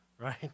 right